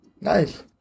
Nice